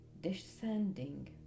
descending